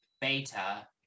Beta